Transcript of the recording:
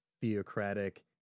theocratic